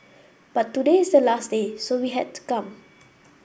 but today is the last day so we had to come